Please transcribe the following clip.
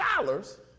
dollars